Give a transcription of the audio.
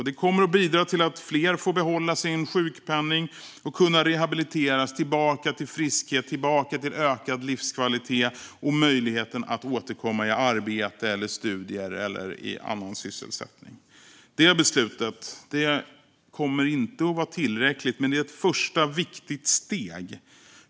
Det kommer att bidra till att fler får behålla sin sjukpenning och att de kan rehabiliteras tillbaka till friskhet, ökad livskvalitet och möjligheten att åter komma i arbete eller studier eller annan sysselsättning. Det beslutet kommer inte att vara tillräckligt, men det är ett viktigt första steg.